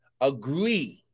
agree